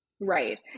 Right